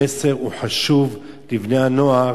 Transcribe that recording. המסר לבני-הנוער